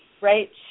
right